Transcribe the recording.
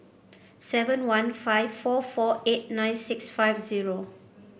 seven one five four four eight nine six five zero